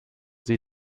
sich